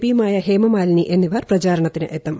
P യുമായ ഹേമമാലിനി എന്നിവർ പ്രചാരണത്തിന് എത്തും